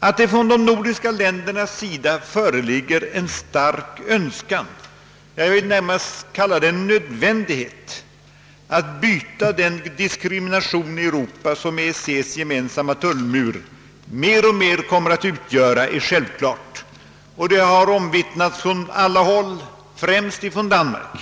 Att det från de nordiska ländernas sida föreligger en stark önskan — jag skulle nästan vilja säga att de betraktar det som en nödvändighet — att bryta den diskriminering i Europa som EEC:s gemensamma tullmur mer och mer kommit att utgöra är självklart, och det har omvittnats från alla håll, inte minst från dansk sida.